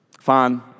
Fine